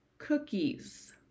cookies